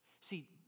See